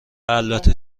البته